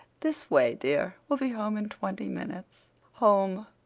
this way, dear. we'll be home in twenty minutes. home!